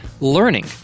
learning